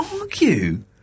argue